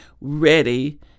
ready